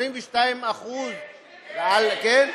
22% כן.